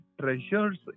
treasures